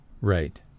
Right